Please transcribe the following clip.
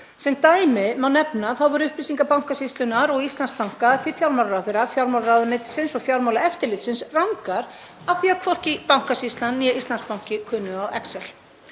Sem dæmi má nefna að upplýsingar Bankasýslunnar og Íslandsbanka til fjármálaráðherra, fjármálaráðuneytisins og Fjármálaeftirlitsins voru rangar af því að hvorki Bankasýslan né Íslandsbanki kunnu á excel.